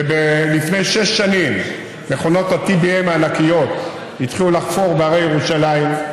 ולפני שש שנים מכונות ה-TBM הענקיות התחילו לחפור בהרי ירושלים.